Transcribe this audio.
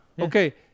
Okay